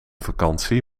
vakantie